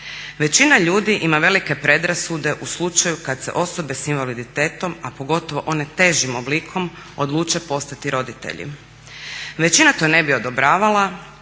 Većina ljudi ima velike predrasude u slučaju kad se osobe s invaliditetom, a pogotovo one težim oblikom odluče postati roditelji. Većina to ne bi odobravala,